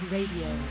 Radio